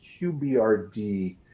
QBRD